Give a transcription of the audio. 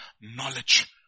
knowledge